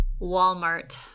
Walmart